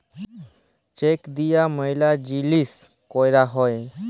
check দিয়া ম্যালা জিলিস ক্যরা হ্যয়ে